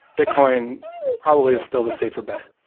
bitcoin probably is still the safer bet.